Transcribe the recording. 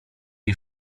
jej